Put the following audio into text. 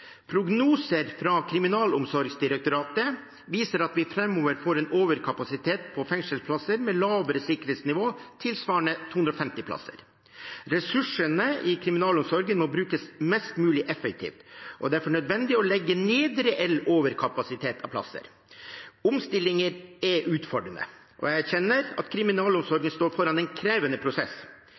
Prognoser fra Kriminalomsorgsdirektoratet viser at vi framover får en overkapasitet på fengselsplasser med lavere sikkerhetsnivå tilsvarende 250 plasser. Ressursene i kriminalomsorgen må brukes mest mulig effektivt, og det er derfor nødvendig å legge ned reell overkapasitet av plasser. Omstillinger er utfordrende. Jeg erkjenner at kriminalomsorgen står foran en krevende prosess.